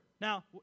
Now